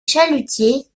chalutiers